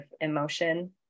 emotion